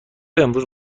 امروز